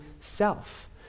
self